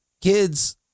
kids